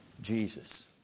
Jesus